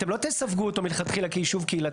אתם לא תסווגו אותו מלכתחילה כיישוב קהילתי.